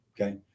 okay